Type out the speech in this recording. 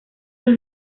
los